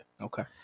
Okay